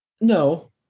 No